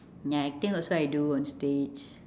ya acting also I do on stage